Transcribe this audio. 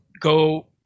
go